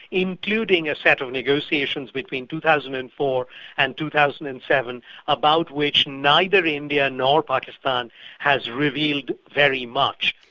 including a set of negotiations within two thousand and four and two thousand and seven about which neither india nor pakistan has revealed very much.